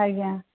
ଆଜ୍ଞା